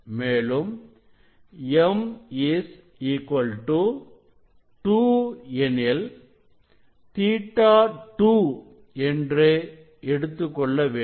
மேலும் m 2 எனில் Ɵ 2 என்று எடுத்துக் கொள்ள வேண்டும்